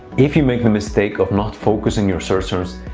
if you make the mistake of not focusing your search terms,